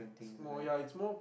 it's more ya it's more